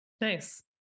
nice